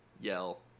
yell